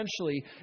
essentially